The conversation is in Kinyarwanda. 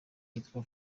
yitwa